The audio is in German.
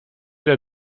der